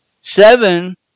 Seven